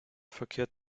verkehrt